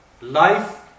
life